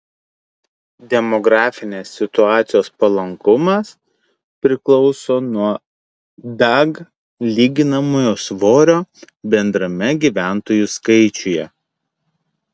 demografinės situacijos palankumas priklauso nuo dag lyginamojo svorio bendrame gyventojų skaičiuje